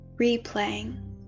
replaying